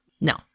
No